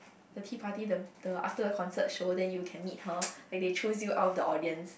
the tea party the the after the concert show then you can meet her like they chose you out of the audience